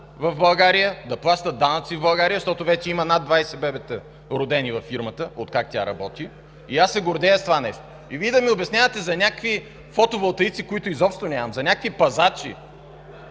в България, да плащат данъци в България, защото вече има над 20 бебета, родени във фирмата, откакто тя работи. И аз се гордея с това нещо. И Вие да ми обяснявате за някакви фотоволтаици, които изобщо нямам, за някакви пазачи